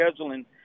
scheduling